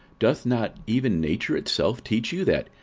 doth not even nature itself teach you, that,